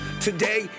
Today